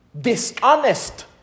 dishonest